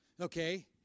Okay